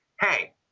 hey